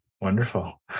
Wonderful